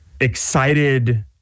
excited